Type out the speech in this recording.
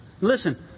Listen